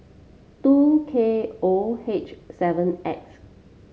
two K O H seven X